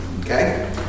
Okay